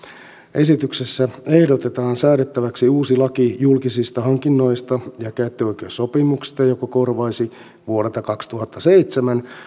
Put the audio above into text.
esityksessä ehdotetaan säädettäväksi uusi laki julkisista hankinnoista ja käyttöoikeussopimuksista joka korvaisi vuodelta kaksituhattaseitsemän